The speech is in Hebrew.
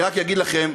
אני רק אגיד לכם,